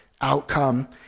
outcome